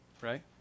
right